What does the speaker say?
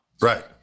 Right